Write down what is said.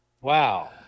wow